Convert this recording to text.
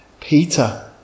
Peter